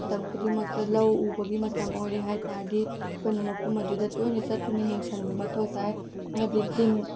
ꯃꯇꯝ ꯈꯨꯗꯤꯡꯃꯛꯇ ꯂꯧ ꯎꯕꯒꯤ ꯃꯇꯝ ꯑꯣꯏꯔꯦ ꯍꯥꯏꯇꯥꯔꯗꯤ ꯑꯩꯈꯣꯏꯅ ꯃꯐꯝ ꯑꯗꯨꯗ ꯇꯣꯏꯅ ꯆꯠꯇꯨꯅ ꯌꯦꯡꯁꯤꯟꯕ ꯃꯊꯧ ꯇꯥꯏ ꯑꯃꯗꯤ ꯇꯤꯟ